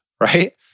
right